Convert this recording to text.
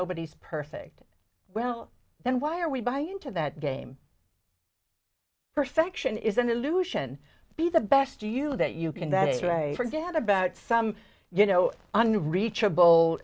nobody's perfect well then why are we buying into that game perfection is an illusion be the best you that you can that is right for gad about some you know unreachable